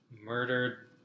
murdered